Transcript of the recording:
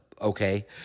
okay